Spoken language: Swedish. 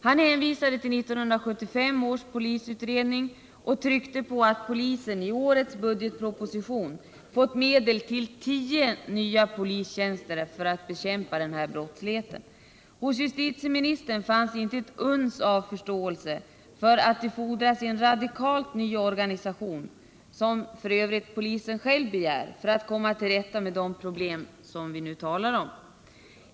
Han hänvisade till 1975 års polisutredning och tryckte på att polisen i årets budgetproposition fått medel till tio nya polistjänster för att bekämpa denna brottslighet. Hos justitieministern fanns inte ett uns förståelse för att det fordras en radikalt ny organisation, som f. ö. polisen själv begär, för att komma till rätta med de problem vi nu talar om.